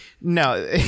No